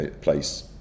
place